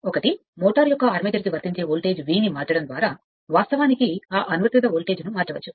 ఒకటి మోటారు యొక్క అర్మేచర్ కి వర్తించే వోల్టేజ్ V ను మార్చడం ద్వారా వాస్తవానికి ఆ అనువర్తిత వోల్టేజ్ మారవచ్చు